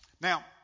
Now